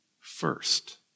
first